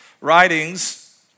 writings